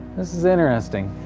this is interesting,